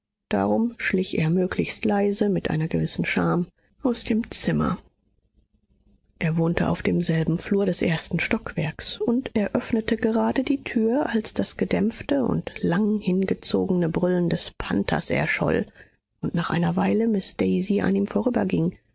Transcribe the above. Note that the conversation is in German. darum schlich er möglichst leise mit einer gewissen scham aus dem zimmer er wohnte auf demselben flur des ersten stockwerks und er öffnete gerade die tür als das gedämpfte und lang hingezogene brüllen des panthers erscholl und nach einer weile miß daisy an ihm vorüberging